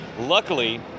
Luckily